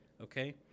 Okay